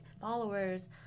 followers